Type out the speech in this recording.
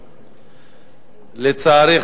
לצערי,